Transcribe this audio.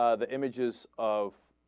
ah the images of